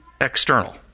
external